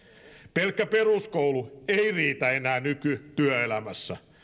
pelkkä peruskoulu ei riitä enää nykytyöelämässä